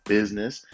Business